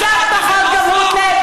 שכחתם את אוסלו?